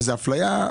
וזאת אפליה.